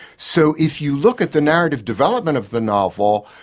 so if you look at the narrative development of the novel,